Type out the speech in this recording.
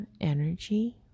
energy